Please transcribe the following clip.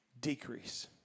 decrease